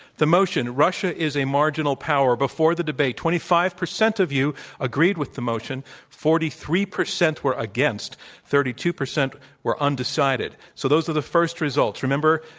the motion, russia is a marginal power. before the debate, twenty five percent of you agreed with motion forty three percent were against thirty two percent were undecided. so, those are the first results. remember,